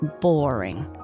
Boring